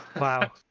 Wow